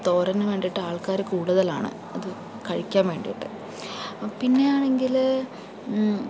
തോരനു വേണ്ടിയിട്ട് ആൾക്കാർ കൂടുതലാണ് അത് കഴിക്കാൻ വേണ്ടിയിട്ട് പിന്നെ ആണെങ്കിൽ